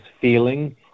feeling